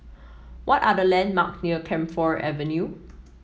what are the landmark near Camphor Avenue